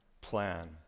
plan